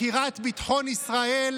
מכירת ביטחון ישראל